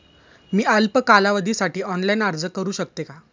मी अल्प कालावधीसाठी ऑनलाइन अर्ज करू शकते का?